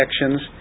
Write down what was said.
sections